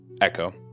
echo